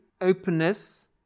openness